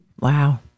Wow